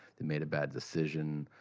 who made a bad decision.